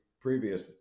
previous